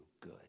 good